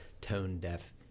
tone-deaf